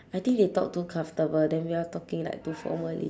I think they talk too comfortable then we are talking like formally